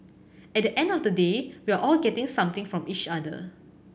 at the end of the day we're all getting something from each other